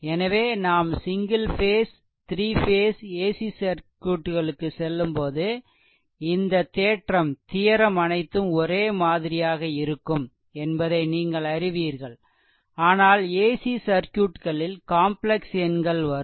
எனவே நாம் single phase 3 phase AC சர்க்யூட்களுக்கு செல்லும்போது இந்த தேற்றம்தியெரெம் அனைத்தும் ஒரே மாதிரியாக இருக்கும் என்பதை நீங்கள் அறிவீர்கள் ஆனால் ஏசி சர்க்யூட்களில் காம்ப்ளெக்ஸ் எண்கள் வரும்